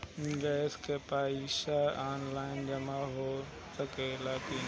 Gas के पइसा online जमा हो सकेला की?